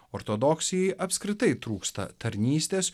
ortodoksijai apskritai trūksta tarnystės